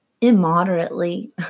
immoderately